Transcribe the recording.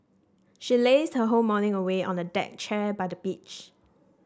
she lazed her whole morning away on a deck chair by the beach